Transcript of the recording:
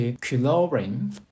chlorine